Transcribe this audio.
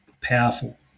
powerful